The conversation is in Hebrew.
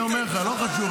אני אומר לך, לא חשוב.